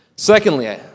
Secondly